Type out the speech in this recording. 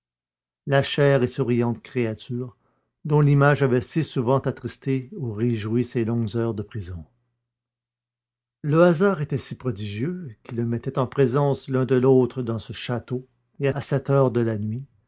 la chère et souriante créature dont l'image avait si souvent attristé ou réjoui ses longues heures de prison le hasard était si prodigieux qui les mettait en présence l'un de l'autre dans ce château et à cette heure de la nuit